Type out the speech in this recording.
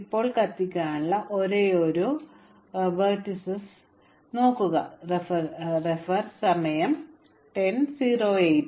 അതിനാൽ ഈ ഘട്ടത്തിൽ ഞങ്ങൾ തുടരുന്നു 86 ന് തുല്യമായി യഥാർത്ഥത്തിൽ ക്ഷമിക്കണം വെർട്ടെക്സ് 3 ഇതിനകം തന്നെ ആ തീയിൽ കത്തിച്ചത് വെർട്ടെക്സിൽ എത്തിയില്ല